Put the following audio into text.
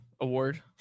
award